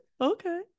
Okay